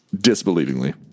disbelievingly